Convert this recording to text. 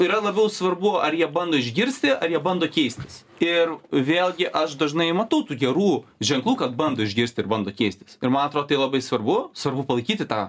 yra labiau svarbu ar jie bando išgirsti ar jie bando keistis ir vėlgi aš dažnai matau tų gerų ženklų kad bando išgirsti ir bando keistis ir man atro tai labai svarbu svarbu palaikyti tą